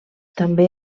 també